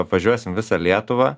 apvažiuosime visą lietuvą